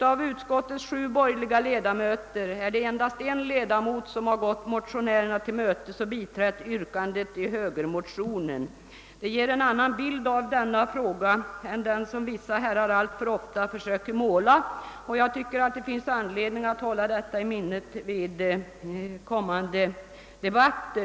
Av utskottets sju borgerliga ledamöter är det endast en ledamot som gått motionärerna till mötes och biträtt yrkandet i högermotionen. Det ger en annan bild av denna fråga än den som vissa herrar alltför ofta söker måla, och jag tycker att det finns anledning att hålla detta i minnet vid kommande debatter.